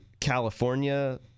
California